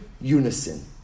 Unison